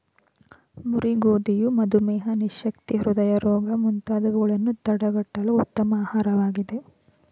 ಮುರಿ ಗೋಧಿಯು ಮಧುಮೇಹ, ನಿಶಕ್ತಿ, ಹೃದಯ ರೋಗ ಮುಂತಾದವುಗಳನ್ನು ತಡಗಟ್ಟಲು ಉತ್ತಮ ಆಹಾರವಾಗಿದೆ